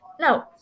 no